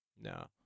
No